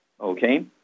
okay